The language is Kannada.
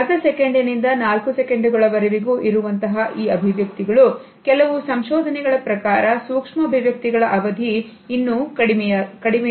ಅರ್ಧ ಸೆಕೆಂಡಿನಿಂದ 4 ಸೆಕೆಂಡುಗಳ ವರೆವಿಗೂ ಇರುವಂತಹ ಈ ಅಭಿವ್ಯಕ್ತಿಗಳು ಕೆಲವು ಸಂಶೋಧನೆಗಳ ಪ್ರಕಾರ ಸೂಕ್ಷ್ಮ ಅಭಿವ್ಯಕ್ತಿಗಳ ಅವಧಿ ಇನ್ನೂ ಕಡಿಮೆ